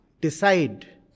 decide